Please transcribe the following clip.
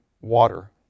water